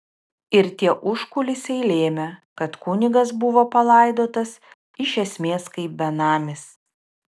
ir tie užkulisiai lėmė kad kunigas buvo palaidotas iš esmės kaip benamis